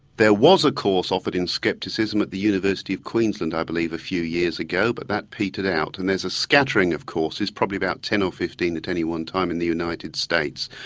there was a course offered in skepticism at the university of queensland i believe a few years ago but that petered out and there's a scattering of courses, probably about ten or fifteen at any one time in the united states.